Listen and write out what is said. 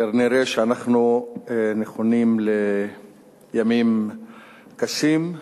כנראה שאנחנו נכונים לימים קשים.